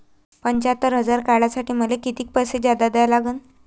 पंच्यात्तर हजार काढासाठी मले कितीक पैसे जादा द्या लागन?